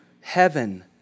heaven